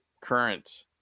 current